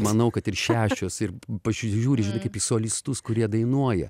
manau kad ir šešios ir pasižiūri kaip į solistus kurie dainuoja